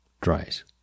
dries